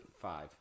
Five